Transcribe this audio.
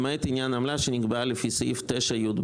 למעט עניין העמלה שנקבעה לפי סעיף 9יב(1)".